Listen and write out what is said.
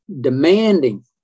demanding